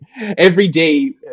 everyday